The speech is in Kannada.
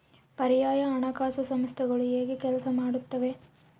ಪರ್ಯಾಯ ಹಣಕಾಸು ಸಂಸ್ಥೆಗಳು ಹೇಗೆ ಕೆಲಸ ಮಾಡುತ್ತವೆ?